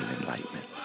enlightenment